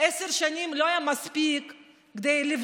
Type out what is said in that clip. עשר שנים לא הספיקו כדי,